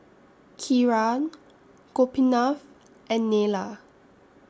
Kiran Gopinath and Neila